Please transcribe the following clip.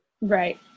right